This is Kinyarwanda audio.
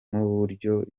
nk’uburyo